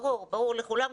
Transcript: ברור, ברור לכולם.